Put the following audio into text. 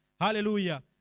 Hallelujah